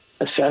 assess